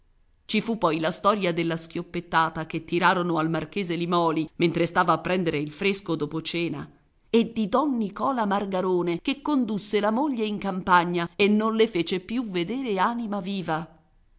ci fu poi la storia della schioppettata che tirarono al marchese limòli mentre stava a prendere il fresco dopo cena e di don nicola margarone che condusse la moglie in campagna e non le fece più vedere anima viva